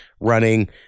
running